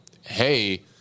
hey